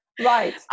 Right